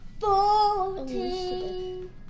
Fourteen